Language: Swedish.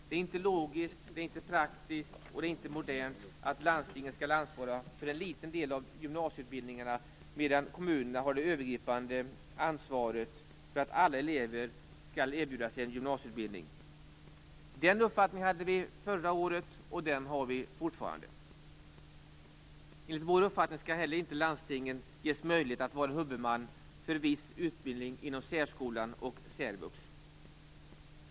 Det är inte logiskt, det är inte praktiskt, och det är inte modernt att landstingen skall ansvara för en liten del av gymnasieutbildningarna medan kommunerna har det övergripande ansvaret för att alla elever skall erbjudas en gymnasieutbildning. Den uppfattningen hade vi förra året, och den har vi fortfarande. Enligt vår uppfattning skall inte heller landstinget ges möjlighet att vara huvudman för viss utbildning inom särskolan och särvux.